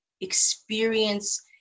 experience